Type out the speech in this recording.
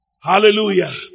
Hallelujah